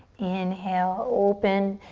inhale, open.